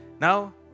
Now